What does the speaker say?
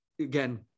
again